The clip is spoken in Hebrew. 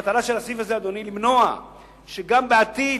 אדוני, מטרת הסעיף הזה היא למנוע שגם בעתיד,